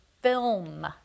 film